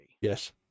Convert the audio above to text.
Yes